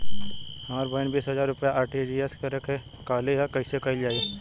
हमर बहिन बीस हजार रुपया आर.टी.जी.एस करे के कहली ह कईसे कईल जाला?